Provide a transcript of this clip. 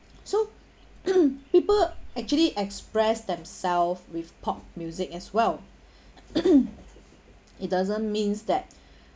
so people actually express themselves with pop music as well it doesn't means that